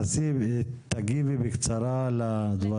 תגיבי בקצרה לדברים.